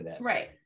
right